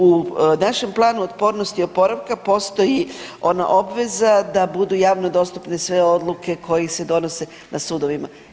U našem Planu otpornosti i oporavka postoji ona obveza da budu javno dostupne sve odluke koje se donose na sudovima.